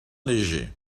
léger